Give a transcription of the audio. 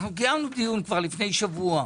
אנחנו קיימנו דיון כבר לפני שבוע,